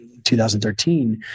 2013